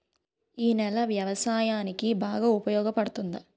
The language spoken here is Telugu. ఈ నేల వ్యవసాయానికి బాగా ఉపయోగపడుతుందా?